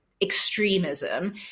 extremism